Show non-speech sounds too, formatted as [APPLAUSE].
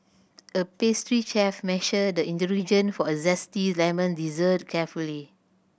a pastry chef measured the [UNINTELLIGIBLE] for a zesty lemon dessert carefully